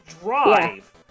drive